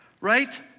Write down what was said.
right